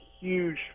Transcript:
huge